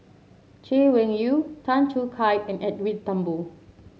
Chay Weng Yew Tan Choo Kai and Edwin Thumboo